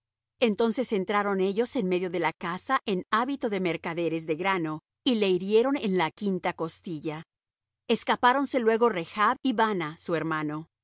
entonces entraron ellos en medio de la casa en hábito de mercaderes de grano y le hirieron en la quinta costilla escapáronse luego rechb y baana su hermano